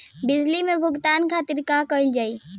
बिजली के भुगतान खातिर का कइल जाइ?